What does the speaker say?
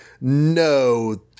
no